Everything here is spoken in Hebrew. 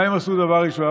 מה הם עשו דבר ראשון?